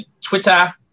Twitter